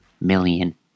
million